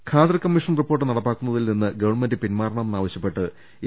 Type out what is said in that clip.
Khader commission report നടപ്പാക്കുന്നതിൽനിന്ന് government പിന്മാറണമെന്നാവശ്യപ്പെട്ട് A